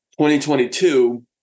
2022